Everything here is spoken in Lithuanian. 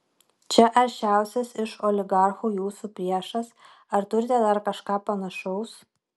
čia aršiausias iš oligarchų jūsų priešas ar turite dar kažką panašaus